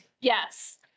yes